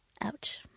Ouch